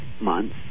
months